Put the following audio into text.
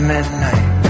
Midnight